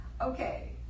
Okay